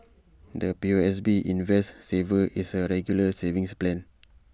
the P O S B invest saver is A regular savings plan